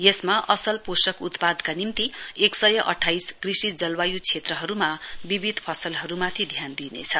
यसमा असल पोषक उत्पादका निम्ति एक सय अठाइस कृषि जलवाय् क्षेत्रहरूमा विविध फसलहरूमाथि ध्यान दिइनेछ